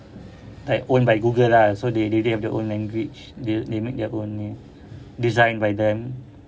like owned by google ah so they they have their own language they make their own ni designed by them